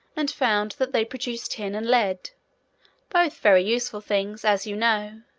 and found that they produced tin and lead both very useful things, as you know,